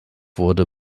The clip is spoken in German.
wurde